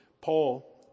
paul